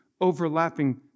overlapping